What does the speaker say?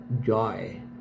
joy